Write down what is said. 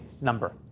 number